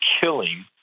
killing